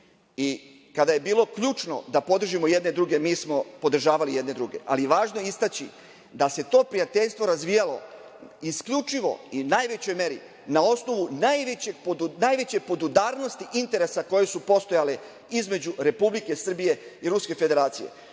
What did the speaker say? i kada je bilo ključno da podržimo jedne druge, mi smo podržavali jedni druge, ali važno je istaći da se to prijateljstvo razvijalo isključivo i najvećoj meri na osnovu najveće podudarnosti interesa koje su postojale između Republike Srbije i Ruske Federacije. Moj